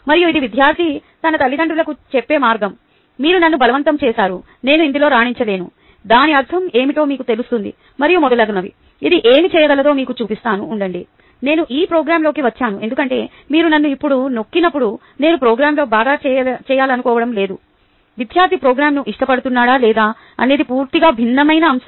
మరియు ఇది విద్యార్థి తన తల్లిదండ్రులకు చెప్పే మార్గం మీరు నన్ను బలవంతం చేసారు నేను ఇందులో రాణిoచలేను దాని అర్థం ఏమిటో మీకు తెలుస్తుంది మరియు మొదలగునవి అది ఏమి చేయగలదో మీకు చూపిస్తాను ఉండండి నేను ఈ ప్రోగ్రామ్లోకి వచ్చాను ఎందుకంటే మీరు నన్ను ఇప్పుడు నొక్కినప్పుడు నేను ప్రోగ్రామ్లో బాగా చేయాలనుకోవడం లేదు విద్యార్థి ప్రోగ్రామ్ను ఇష్టపడుతున్నాడా లేదా అనేది పూర్తిగా భిన్నమైన అంశం